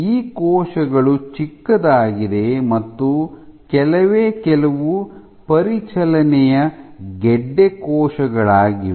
ಈ ಕೋಶಗಳು ಚಿಕ್ಕದಾಗಿದೆ ಮತ್ತು ಕೆಲವೇ ಕೆಲವು ಪರಿಚಲನೆಯ ಗೆಡ್ಡೆ ಕೋಶಗಳಾಗಿವೆ